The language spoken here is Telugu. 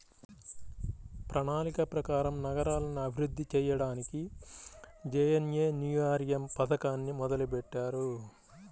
ప్రణాళిక ప్రకారం నగరాలను అభివృద్ధి చెయ్యడానికి జేఎన్ఎన్యూఆర్ఎమ్ పథకాన్ని మొదలుబెట్టారు